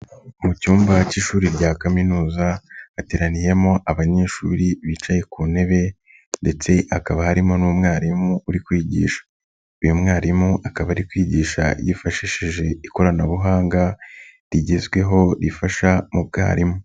Mu cyumba k'ishuri rya kaminuza hateraniyemo abanyeshuri bicaye ku ntebe ndetse akaba harimo n'umwarimu uri kwigisha, uyu mwarimu akaba ari kwigisha yifashishije ikoranabuhanga rigezweho rifasha mu bwarimu.